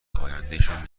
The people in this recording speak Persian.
آیندهشان